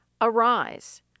Arise